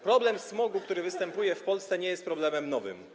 Problem smogu, który występuje w Polsce, nie jest problemem nowym.